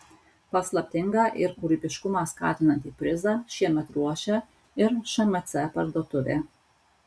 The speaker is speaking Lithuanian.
paslaptingą ir kūrybiškumą skatinantį prizą šiemet ruošia ir šmc parduotuvė